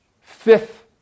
fifth